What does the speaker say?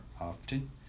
often